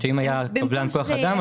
מאיפה יורד הכסף?